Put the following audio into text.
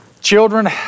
Children